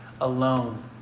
alone